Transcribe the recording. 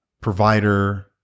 provider